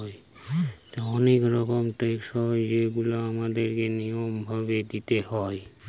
অনেক রকমের ট্যাক্স হয় যেগুলা আমাদের কে নিয়ম ভাবে দিইতে হয়